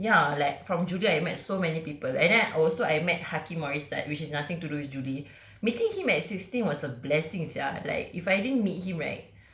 ya like from julie I met so many people and then also I met hakim or risahd which is nothing to do with julie meeting him at sixteen was a blessing sia like if I didn't meet him right